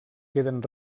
queden